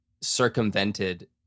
circumvented